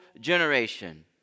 generation